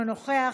אינו נוכח,